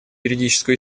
юридическую